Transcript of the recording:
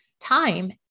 time